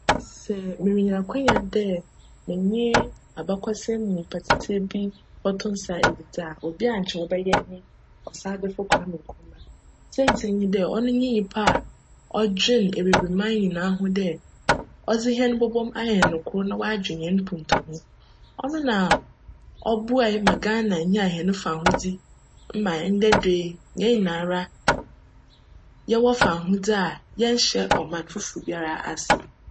Sj merenya akwanya dj menye abakcsjm nyimpa tsitsir bi bcto nsa edzidzi a, obi a nkyj cbjyj nye Osagyefo Kwame Nkrumah. Siantsir nye dj, cno nye nyimpa a cdween ebibirman nyinaa ho dj cdze hjn bcbc mu ayj hjn kor na cadwen hjn mpontu ho. Cno na cboae ma Ghana nyaa hjn fahodzi ma ndj da yi hjn nyinara yjwc fahodzi a yjnnhyj cman fofor biara ase.